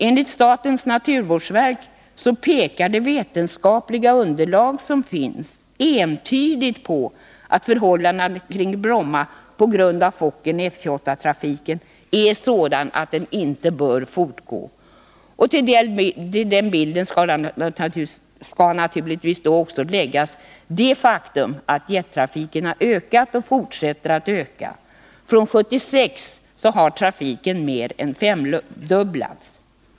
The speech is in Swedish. Enligt statens naturvårdsverk pekar det vetenskapliga underlag som finns entydigt på att förhållandena kring Bromma på grund av trafiken med Fokker F 28 är sådana att den inte bör fortgå. Till bilden skall naturligtvis också läggas det faktum att jettrafiken har ökat - Nr 53 och fortsätter att öka. Från 1976 har trafiken mer än femdubblats.